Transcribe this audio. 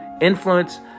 influence